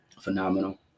Phenomenal